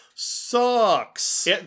sucks